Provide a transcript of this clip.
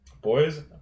Boys